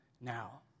now